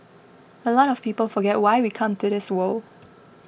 a lot of people forget why we come to this world